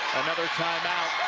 another time